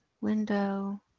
window